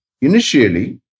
Initially